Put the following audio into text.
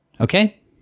Okay